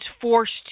forced